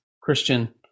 Christian